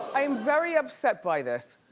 i'm very upset by this.